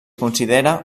considera